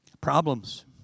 Problems